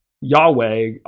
Yahweh